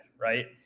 right